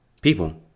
people